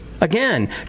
Again